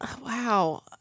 Wow